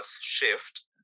Shift